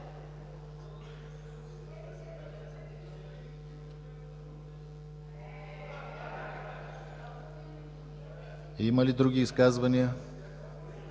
Има ли други изказвания?